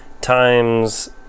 times